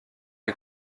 est